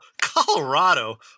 Colorado